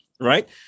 Right